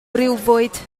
briwfwyd